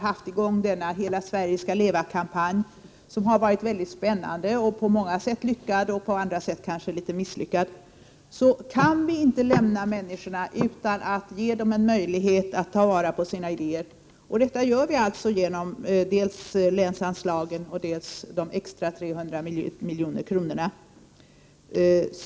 Kampanjen Hela Sverige skall leva har varit mycket spännande och på många sätt lyckad. På andra sätt har den kanske varit litet misslyckad. Efter den kan vi inte lämna människor utan att ge dem möjlighet att ta till vara sina idéer. Det gör vi dels genom länsanslagen, dels genom de extra 300 milj.kr.